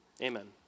Amen